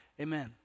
Amen